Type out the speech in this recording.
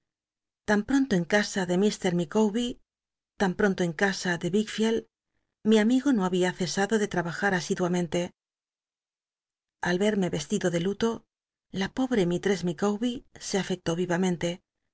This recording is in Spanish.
tan pronto en casa de ll lr ll licawbcr tan pronto en casa de vicldield mi amigo no habi t cesado de trabajar asiduamente al vetme vestido d luto la pobre mistress ilicawber se afectó